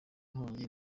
nkongi